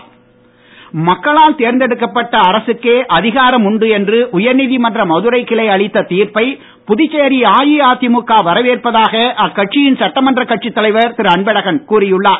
அன்பழகன் மக்களால் தேர்ந்தெடுக்கப்பட்ட அரசுக்கே அதிகாரமுண்டு என்று உயர் நீதிமன்ற மதுரை கிளை அளித்த தீர்ப்பை புதுச்சேரி அதிமுக வரவேற்பதாக அக்கட்சியின் சட்ட மன்ற கட்சித்தலைவர் திரு அன்பழகன் கூறியுள்ளார்